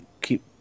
keep